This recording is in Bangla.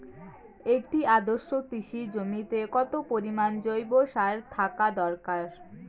একটি আদর্শ কৃষি জমিতে কত পরিমাণ জৈব সার থাকা দরকার?